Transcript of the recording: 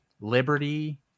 Liberty